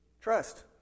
Trust